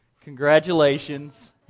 congratulations